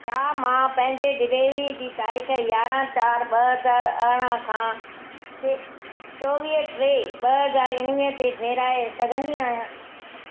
छा मां पंहिंजे डिलेवरीअ जी तारीख़ यारहां चारि ॿ हज़ार अरिड़हां खां ते चोवीह टे ॿ हज़ार उणिवीह ते फेराए सघंदी आहियां